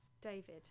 David